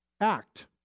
act